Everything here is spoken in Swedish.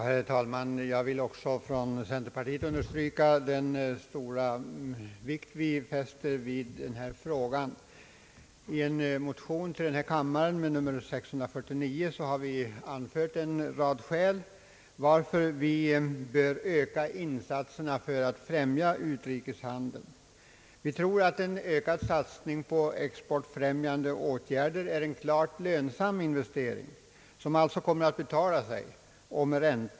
Herr talman! Jag vill också för centerpartiets del understryka den stora vikt vi fäster vid denna fråga. I en motion, I: 649, har vi anfört en rad skäl till att Sverige bör öka insatserna för att främja utrikeshandeln. Vi tror att en ökad satsning på exportfrämjande åtgärder är en klart lönsam investering som också ger ränta.